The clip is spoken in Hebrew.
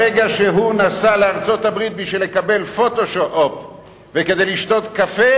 ברגע שהוא נסע לארצות-הברית בשביל לקבל פוטואופ וכדי לשתות קפה,